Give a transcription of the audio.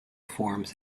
forms